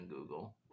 Google